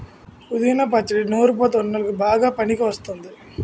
పుదీనా పచ్చడి నోరు పుతా వున్ల్లోకి బాగా పనికివస్తుంది